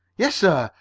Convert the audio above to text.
yes, sir.